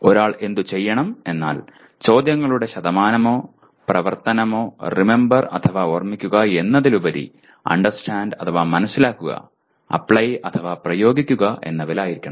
ഒരാൾ എന്തുചെയ്യണം എന്നാൽ ചോദ്യങ്ങളുടെ ശതമാനമോ പ്രവർത്തനമോ റിമെമ്പർ അഥവാ ഓർമ്മിക്കുക എന്നതിലുപരി അണ്ടർസ്റ്റാൻഡ് അഥവാ മനസിലാക്കുക 'അപ്ലൈ അഥവാ പ്രയോഗിക്കുക എന്നിവയിലായിരിക്കണം